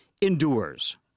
endures